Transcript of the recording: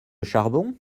charbon